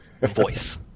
voice